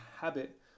habit